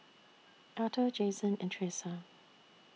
Alto Jasen and Thresa